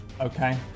Okay